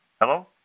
Hello